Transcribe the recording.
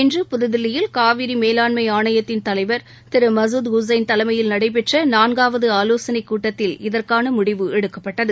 இன்று புதுதில்லியில் காவிரிமேலாண்மைஆணையத்தின் தலைவர் திருமசூத் ஹூசைன் தலைமையில் நடைபெற்றநான்காவதுஆலோசனைக் கூட்டத்தில் இதற்கானமுடிவு எடுக்கப்பட்டது